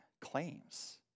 claims